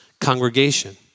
congregation